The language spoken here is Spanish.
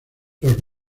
los